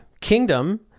kingdom